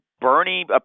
Bernie